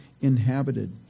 inhabited